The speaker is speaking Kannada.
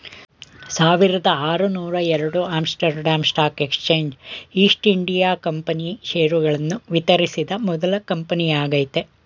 ಸಾವಿರದಆರುನೂರುಎರಡು Amsterdam stock exchange East India company ಷೇರುಗಳನ್ನು ವಿತರಿಸಿದ ಮೊದ್ಲ ಕಂಪನಿಯಾಗೈತೆ